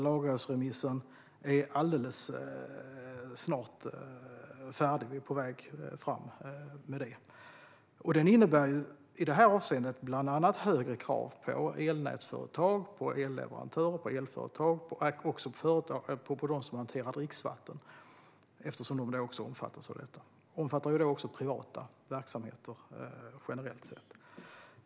Lagrådsremissen är alldeles snart färdig - vi är på väg fram med denna. Det innebär i detta avseende bland annat högre krav på elnätsföretag, elleverantörer och elföretag samt på dem som hanterar dricksvatten, eftersom de omfattas av detta. Det omfattar också privata verksamheter generellt sett.